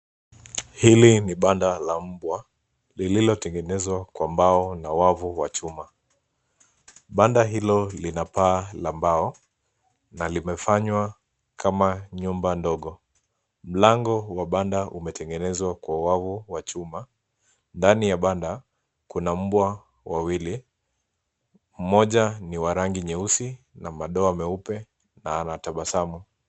Hili ni banda la mbwa lililotengenezwa kwa mbao na wavu wa chuma. Banda hilo lina paa la mbao na limefanywa kama nyumba ndogo. Mlango wa banda umetengenezwa kwa wavu wa chuma. Ndani ya banda kuna mbwa wawili mmoja ni wa rangi nyeusi na madoa meupe na anatabasamu.